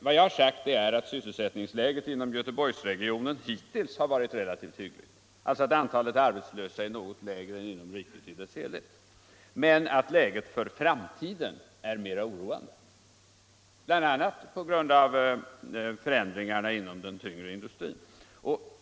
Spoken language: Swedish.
Vad jag har sagt är att sysselsättningsläget inom Göteborgsregionen hittills har varit relativt hyggligt, alltså att antalet arbetslösa är något lägre än inom riket i dess helhet, men att läget för framtiden är mer oroande, bl.a. på grund av förändringarna inom den tyngre industrin.